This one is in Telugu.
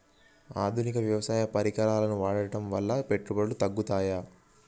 ఆధునిక వ్యవసాయ పరికరాలను వాడటం ద్వారా పెట్టుబడులు తగ్గుతయ?